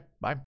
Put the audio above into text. bye